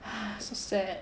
so sad